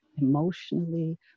emotionally